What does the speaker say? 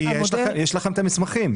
כי יש לכם את המסמכים.